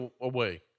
away